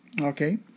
Okay